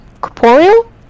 corporeal